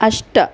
अष्ट